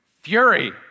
fury